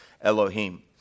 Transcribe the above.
Elohim